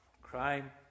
crime